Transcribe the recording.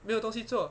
没有东西做